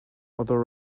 although